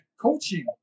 coaching